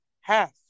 half